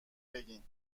بگین